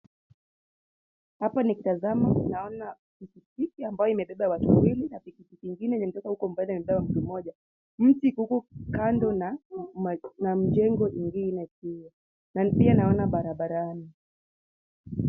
Hapa nikitazama naona pikipiki iliyobeba watu wawili na pikipiki ingine yenye inatoka uko mbali imebeba mtu mmoja. Mti iko huku kando na mjengo ingine pia. Na pia naona barabarani.